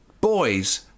boys